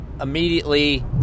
immediately